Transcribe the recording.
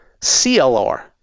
clr